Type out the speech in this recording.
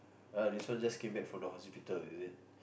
uh this one just came back from the hospital is it